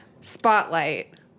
Spotlight